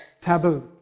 taboo